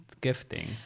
gifting